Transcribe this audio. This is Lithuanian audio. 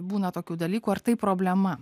būna tokių dalykų ar tai problema